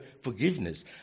forgiveness